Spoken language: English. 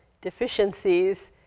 Deficiencies